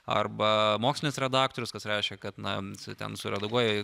arba mokslinis redaktorius kas reiškia kad na ten suredaguoji